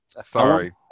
Sorry